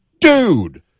dude